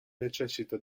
necessita